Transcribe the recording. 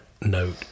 note